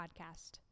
Podcast